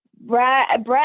Brad